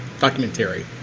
documentary